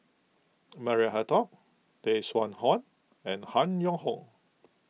Maria Hertogh Tay Seow Huah and Han Yong Hong